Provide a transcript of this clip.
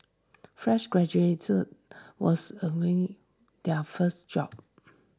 fresh graduates was their first job